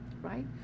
right